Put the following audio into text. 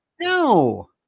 No